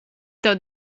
tev